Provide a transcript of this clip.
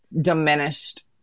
diminished